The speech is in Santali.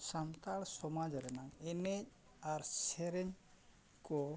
ᱥᱟᱱᱛᱟᱲ ᱥᱚᱢᱟᱡᱽ ᱨᱮᱱᱟᱝ ᱮᱱᱮᱡ ᱟᱨ ᱥᱮᱨᱮᱧ ᱠᱚ